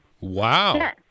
Wow